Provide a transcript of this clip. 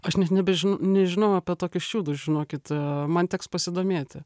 aš net nebeneži nežinau apie tokius čiūdus žinokit man teks pasidomėti